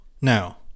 Now